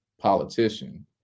politician